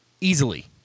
easily